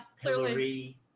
Hillary